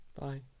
Bye